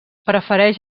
prefereix